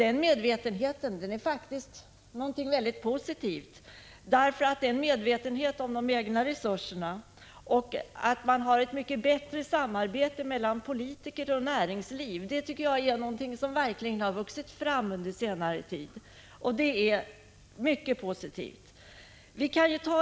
Den medvetenheten är något mycket positivt därför att det är en medvetenhet om de egna resurserna. Ett mycket gott samarbete mellan politiker och näringsliv är någonting som har vuxit fram under senare tid. Det är mycket positivt.